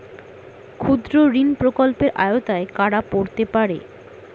ক্ষুদ্রঋণ প্রকল্পের আওতায় কারা পড়তে পারে?